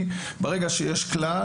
ברגע שיש כלל,